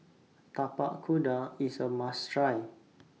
Tapak Kuda IS A must Try